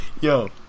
Yo